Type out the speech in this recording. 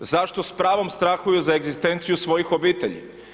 Zašto s pravom strahuju za egzistenciju svojih obitelji?